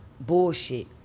bullshit